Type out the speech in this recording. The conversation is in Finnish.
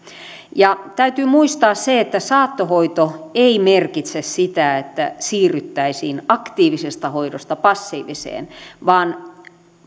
ja täytyy muistaa se että saattohoito ei merkitse sitä että siirryttäisiin aktiivisesta hoidosta passiiviseen vaan